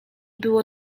było